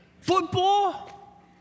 Football